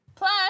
Plus